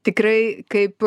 tikrai kaip